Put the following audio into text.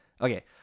Okay